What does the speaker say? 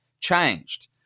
Changed